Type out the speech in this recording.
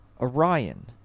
Orion